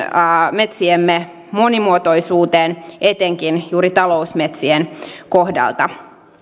metsiemme monimuotoisuuteen etenkin juuri talousmetsien kohdalla